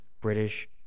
British